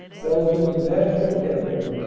belgium s national anthem,